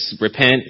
repent